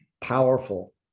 Powerful